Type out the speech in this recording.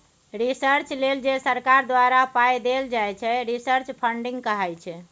research लेल जे सरकार द्वारा पाइ देल जाइ छै रिसर्च फंडिंग कहाइ छै